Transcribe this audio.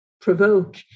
provoke